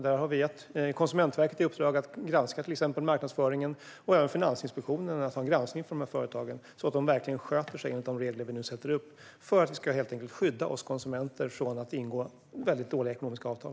Där har vi gett Konsumentverket i uppdrag att till exempel granska marknadsföringen och även Finansinspektionen att ha en granskning av dessa företag så att de verkligen sköter sig enligt de regler vi nu sätter upp. Vi ska helt enkelt skydda oss konsumenter från att ingå väldigt dåliga ekonomiska avtal.